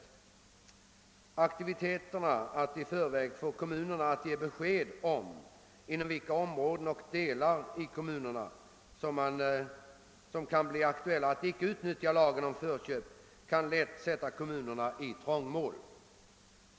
En aktivitet att i förväg få kommu nerna att ge besked om inom vilka områden och delar av kommunerna där det kan bli aktuellt att icke utnyttja lagen om förköp kan lätt sätta kommunerna i trångmål.